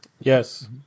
Yes